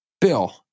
Bill